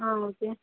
ஆ okay